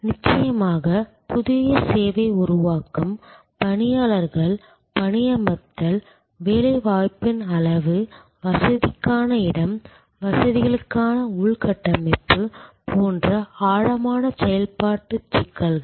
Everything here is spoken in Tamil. நிச்சயமாக புதிய சேவை உருவாக்கம் பணியாளர்கள் பணியமர்த்தல் வேலைவாய்ப்பின் அளவு வசதிக்கான இடம் வசதிகளுக்கான உள்கட்டமைப்பு போன்ற ஆழமான செயல்பாட்டு சிக்கல்கள்